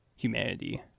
Humanity